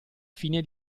fine